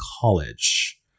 college